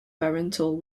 parental